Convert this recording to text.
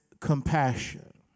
compassion